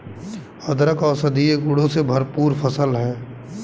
अदरक औषधीय गुणों से भरपूर फसल है